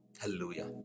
Hallelujah